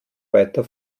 weiter